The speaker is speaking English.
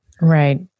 Right